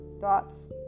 thoughts